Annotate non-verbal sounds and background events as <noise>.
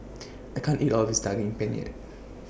<noise> I can't eat All of This Daging Penyet